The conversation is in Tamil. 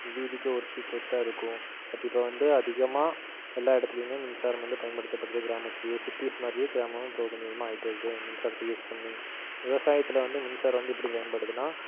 வீதிக்கு ஒரு ஸ்ட்ரீட் லைட் தான் இருக்கும் பட் இப்போ வந்து அதிகமாக எல்லா இடத்துலையுமே மின்சாரம் வந்து பயன்படுத்தப்படுது கிராமத்துலேயும் சிட்டீஸ் மாதிரியே கிராமமும் இப்போ கொஞ்சம் கொஞ்சமாக ஆயிட்டு வருது மின்சாரத்தை யூஸ் பண்ணி விவசாயத்தில் வந்து மின்சாரம் வந்து எப்படி பயன்படுதுனால்